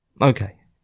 Okay